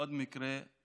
מקרה